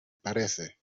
parece